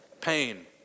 pain